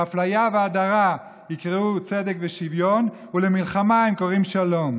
לאפליה והדרה יקראו צדק ושוויון ולמלחמה הם קוראים שלום,